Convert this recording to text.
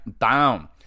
down